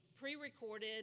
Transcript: pre-recorded